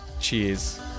Cheers